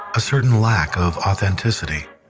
a certain lack of authenticity.